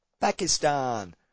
Pakistan